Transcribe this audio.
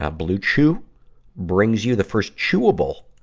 ah bluechew brings you the first chewable,